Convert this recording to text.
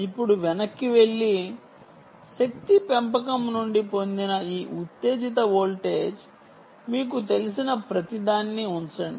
ఇప్పుడు వెనక్కి వెళ్లి శక్తి పెంపకం నుండి పొందిన ఈ ఉత్తేజిత వోల్టేజ్ మీకు తెలిసిన ప్రతిదాన్ని ఉంచండి